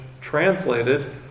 translated